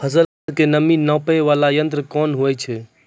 फसल के नमी नापैय वाला यंत्र कोन होय छै